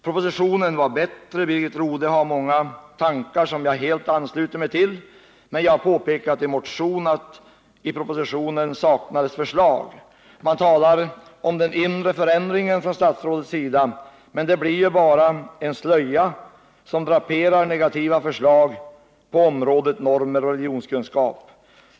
Propositionen var bättre — Birgit Rodhe har många tankar som jag helt ansluter mig till. I motionen 2599, som jag väckt tillsammans med Filip Fridolfsson och Gunnar Oskarson, påpekas att det i propositionen saknades positiva förslag. Statsrådet talar om den inre förändringen, men det blir ju bara en slöja som draperar negativa förslag på området normer och religionskunskap.